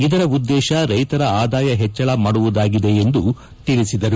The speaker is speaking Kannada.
ಇದರ ಉದ್ದೇತ ರೈತರ ಆದಾಯ ಹೆಚ್ಚಳ ಮಾಡುವುದಾಗಿದೆ ಎಂದು ಹೇಳಿದರು